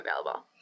available